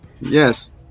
Yes